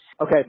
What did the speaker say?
okay